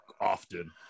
often